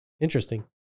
interesting